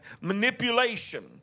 manipulation